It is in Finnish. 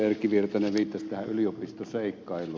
erkki virtanen viittasi tähän yliopistoseikkailuun